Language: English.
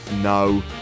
no